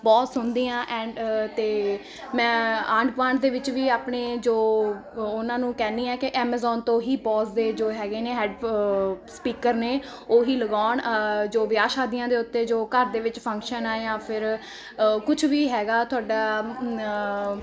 ਬਹੁਤ ਸੁਣਦੀ ਹਾਂ ਐਂਡ ਅਤੇ ਮੈਂ ਆਂਢ ਗੁਆਂਢ ਦੇ ਵਿੱਚ ਵੀ ਆਪਣੇ ਜੋ ਉਹਨਾਂ ਨੂੰ ਕਹਿੰਦੀ ਆ ਕਿ ਐਮਜੋਨ ਤੋਂ ਹੀ ਬੋਜ਼ ਦੇ ਜੋ ਹੈਗੇ ਨੇ ਹੈਡ ਸਪੀਕਰ ਨੇ ਉਹੀ ਲਗਾਉਣ ਜੋ ਵਿਆਹ ਸ਼ਾਦੀਆਂ ਦੇ ਉੱਤੇ ਜੋ ਘਰ ਦੇ ਵਿੱਚ ਫੰਕਸ਼ਨ ਆ ਜਾਂ ਫਿਰ ਕੁਝ ਵੀ ਹੈਗਾ ਤੁਹਾਡਾ